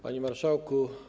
Panie Marszałku!